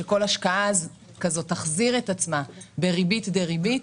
שכל השקעה כזאת תחזיר את עצמה בריבית דריבית,